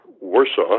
Warsaw